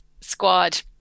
squad